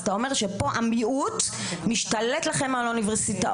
אז אתה אומר שפה המיעוט משתלט לכם על האוניברסיטאות